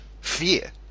fear